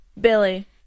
billy